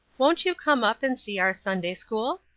won't you come up and see our sunday-school?